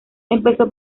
empezó